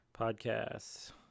Podcasts